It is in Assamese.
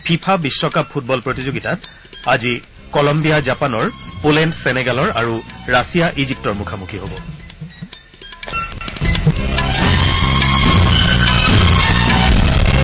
ফিফা বিশ্বকাপ ফুটবল প্ৰতিযোগিতাত আজি কলম্বিয়া জাপানৰ পোলেণ্ড ছেনেগালৰ আৰু ৰাছিয়া ইজিপ্তৰ মুখামুখী হ'ব